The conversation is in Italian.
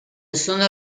sono